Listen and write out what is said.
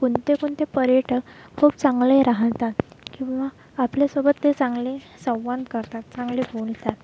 कोणते कोणते पर्यटक खूप चांगले राहतात किंवा आपल्यासोबत ते चांगले संवाद करतात चांगले बोलतात